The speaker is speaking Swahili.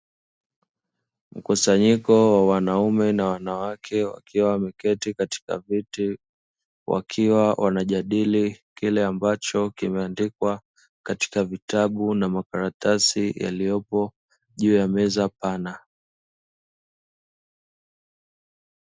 Mkusanyiko wa wanaume na wanawake wakiwa wameketi katika viti, wakiwa wanajadili kile ambacho kimeandikwa katika vitabu na makaratasi yaliyopo juu ya meza pana.